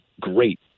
great